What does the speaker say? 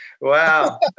Wow